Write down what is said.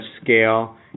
scale